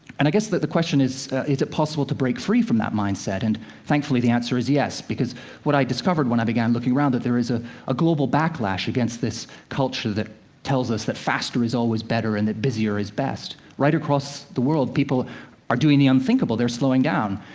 and i guess that the question is, is it possible to break free from that mindset? and thankfully, the answer is yes, because what i discovered, when i began looking around, that there is ah a global backlash against this culture that tells us that faster is always better, and that busier is best. right across the world, people are doing the unthinkable they're slowing down,